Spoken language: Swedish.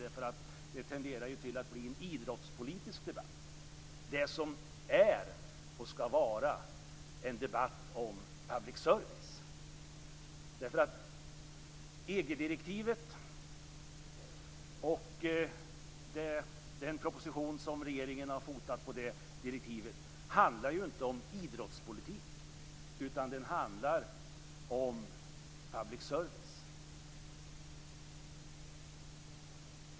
Det som skall vara en debatt om public service tenderar att bli en idrottspolitisk debatt. EG-direktivet och den proposition som regeringen har fotat på det handlar ju inte om idrottspolitik utan om public service.